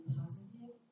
positive